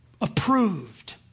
approved